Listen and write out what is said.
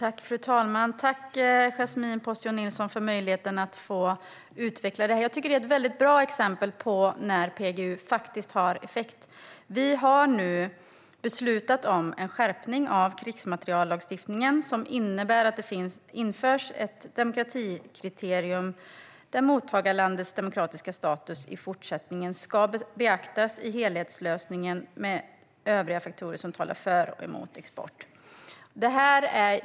Fru talman! Tack, Yasmine Posio Nilsson, för möjligheten att utveckla detta! Jag tycker att det är ett bra exempel på när PGU faktiskt har effekt. Vi har nu beslutat om en skärpning av krigsmateriellagstiftningen som innebär att det införs ett demokratikriterium - mottagarlandets demokratiska status ska i fortsättningen beaktas i helhetslösningen tillsammans med övriga faktorer som talar för och emot export.